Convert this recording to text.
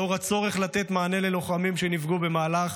לאור הצורך לתת מענה ללוחמים שנפגעו במהלך